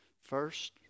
first